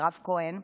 מירב כהן.